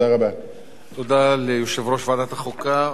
תודה ליושב-ראש ועדת החוקה, חוק ומשפט.